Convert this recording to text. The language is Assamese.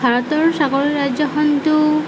ভাৰতৰ চাকৰি ৰাজ্যখনটো